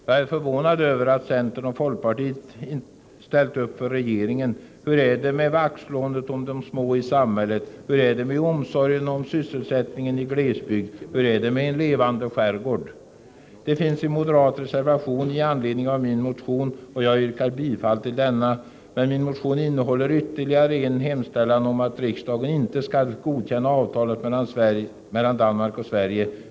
Jag är förvånad över att centern och folkpartiet ställt upp för regeringen. Hur är det med vaktslåendet om de små i samhället? Hur är det med omsorgen om sysselsättningen i glesbygd? Hur är det med talet om en levande skärgård? Det finns en moderat reservation med anledning av min motion, och jag yrkar bifall till denna. Men min motion innehåller ytterligare en hemställan om att riksdagen inte skall godkänna avtalet mellan Danmark och Sverige.